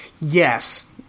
Yes